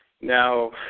Now –